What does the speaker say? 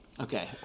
Okay